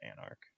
Anarch